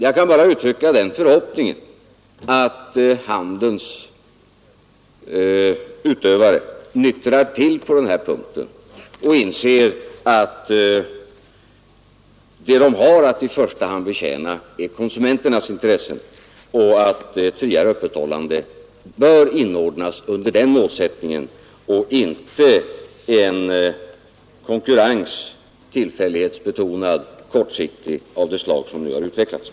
Jag kan bara uttrycka den förhoppningen att handelns utövare nyktrar till och inser att det i första hand är konsumenternas intressen de har att betjäna, att ett friare öppethållande bör inordnas under den målsätt ningen och inte vara uttryck för en tillfällighetsbetonad, kortsiktig konkurrens av det slag som nu har utvecklats.